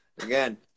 again